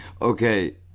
Okay